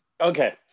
Okay